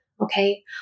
Okay